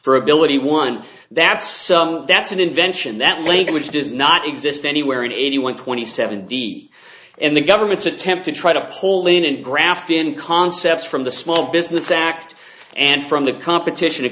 for ability one that's that's an invention that language does not exist anywhere in eighty one twenty seven d and the government's attempt to try to pull in and graft in concepts from the small business act and from the competition